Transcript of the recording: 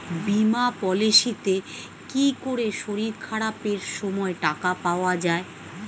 বীমা পলিসিতে কি করে শরীর খারাপ সময় টাকা পাওয়া যায়?